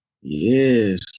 yes